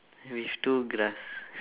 with two glass